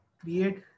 create